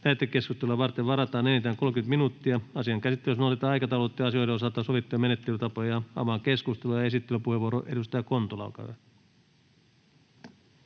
Lähetekeskustelua varten varataan enintään 30 minuuttia. Asian käsittelyssä noudatetaan aikataulutettujen asioiden osalta sovittuja menettelytapoja. — Avaan keskustelun, ja esittelypuheenvuoro, edustaja Kontula,